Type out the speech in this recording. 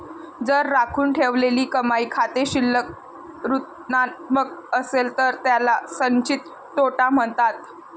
जर राखून ठेवलेली कमाई खाते शिल्लक ऋणात्मक असेल तर त्याला संचित तोटा म्हणतात